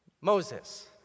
Moses